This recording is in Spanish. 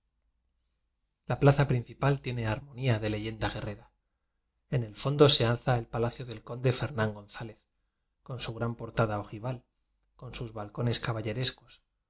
la plaza principal tiene harmonía de le yenda guerrera en el fondo se alza el pa lacio del conde fernán gonzález con su gran portada ojival con sus balcones